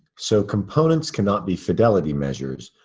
so components cannot be fidelity measures,